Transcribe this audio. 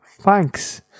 Thanks